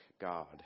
God